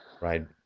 right